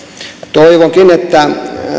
toivonkin että